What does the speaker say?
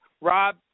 Rob